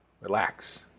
Relax